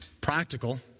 practical